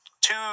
two